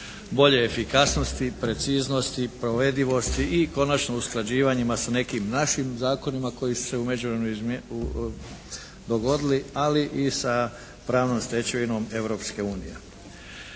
bolje efikasnosti, preciznosti, provedivosti i konačno usklađivanjima sa nekim našim zakonima koji su se u međuvremenu dogodili, ali i sa pravnom stečevinom Europske unije.